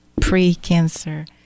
pre-cancer